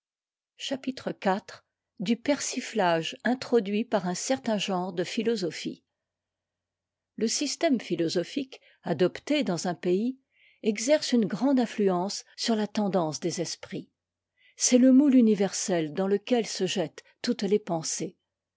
chapitre iv du persiflage introduit par un certain genre de philosophie le système philosophique adopté dans un pays exerce une grande influence sur la tendance des esprits c'est le moule universel dans lequel se jettent toutes les pensées